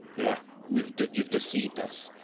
yeah, you've, you've deceived us.